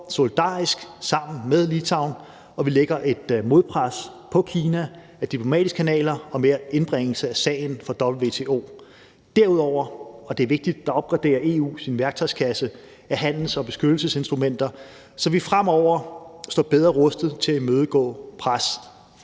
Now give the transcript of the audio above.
vi står solidarisk sammen med Litauen, og vi lægger et modpres på Kina ad diplomatiske kanaler og med indbringelse af sagen for WTO. Derudover – og det er vigtigt – opgraderer EU sin værktøjskasse af handels- og beskyttelsesinstrumenter, så vi fremover står bedre rustet til at imødegå pres fra